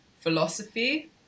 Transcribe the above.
philosophy